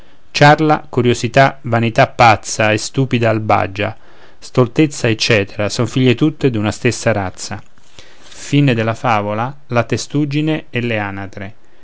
ciarla curiosità vanità pazza e stupida albagia stoltezza eccetera son figlie tutte d'una stessa razza e